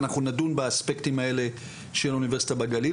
אנחנו נדון באספקטים האלה של אוניברסיטה בגליל.